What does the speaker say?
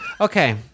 okay